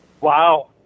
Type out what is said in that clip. Wow